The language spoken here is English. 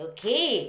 Okay